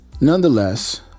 Nonetheless